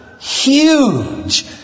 huge